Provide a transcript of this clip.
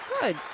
Good